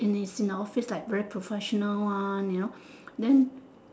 and it's in an office like very professional one you know then